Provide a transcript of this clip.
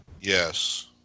Yes